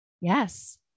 Yes